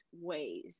ways